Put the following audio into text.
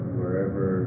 wherever